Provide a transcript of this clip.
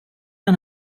den